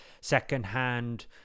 secondhand